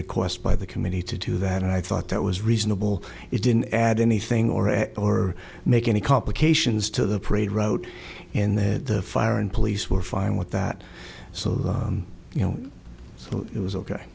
request by the committee to do that and i thought that was reasonable it didn't add anything or or make any complications to the parade route in the fire and police were fine with that so you know it was ok